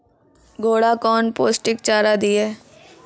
घोड़ा कौन पोस्टिक चारा दिए?